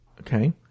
Okay